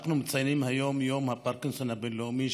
אנחנו מציינים היום את יום הפרקינסון הבין-לאומי,